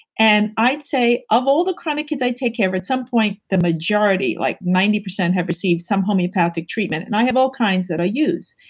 and i'd say, of all the chronic kids i take care of, at some point the majority, like ninety percent have received some homeopathic treatment, and i have all kinds that i use.